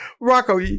Rocco